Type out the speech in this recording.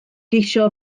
geisio